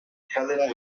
helen